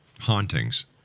hauntings